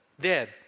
dead